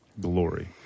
glory